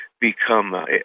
become